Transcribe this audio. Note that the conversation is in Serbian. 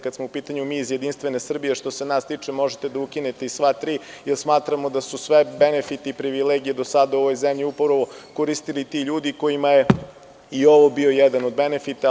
Kada smo u pitanju mi iz Jedinstvene Srbije, što se nas tiče možete da ukinete i sva tri jer smatramo da su svi benefiti i privilegije do sada u ovoj zemlji upravo koristili ti ljudi kojima je i ovo bio jedan od benefita.